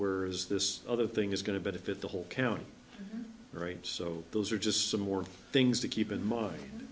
were is this other thing is going to benefit the whole county so those are just some more things to keep in mind